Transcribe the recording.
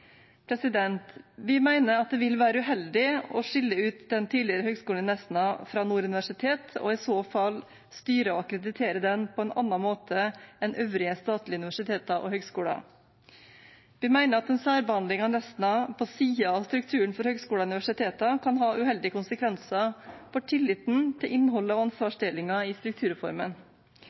Vi mener det vil være uheldig å skille ut den tidligere Høgskolen i Nesna fra Nord universitet og i så fall styre og akkreditere den på en annen måte enn øvrige statlige universiteter og høyskoler. Vi mener at en særbehandling av Nesna på siden av strukturen for høyskoler og universiteter kan ha uheldige konsekvenser for tilliten til innholdet og ansvarsfordelingen i strukturreformen.